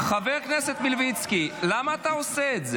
--- מישרקי, יש לנו זכות דיבור.